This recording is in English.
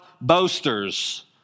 boasters